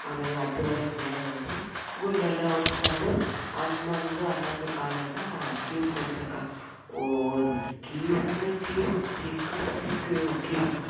ಆಮೇಲೆ ಹತ್ತುವರೆ ಮೇಲೆ ಹೋದ್ವಿ ಗುಂಡೆಲ್ಲ ಹೊಡ್ಸ್ಕೊಂಡು ಹನ್ನೊಂದು ಹನ್ನೊಂದು ಕಾಲಾಗ ಕ್ಯೂಗೋದ್ರಕ್ಕ ಓಹ್ ಕ್ಯೂ ಅಂದರೆ ಕ್ಯೂ ಸಿಕ್ಕಾಪಟ್ಟೆ ಕ್ಯು ಕ್ಯೂ ಅಕ್ಕ